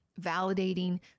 validating